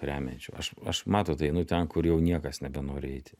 remiančių aš aš matot einu ten kur jau niekas nebenori eiti